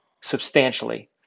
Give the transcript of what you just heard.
substantially